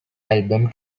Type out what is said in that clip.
album